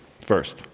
first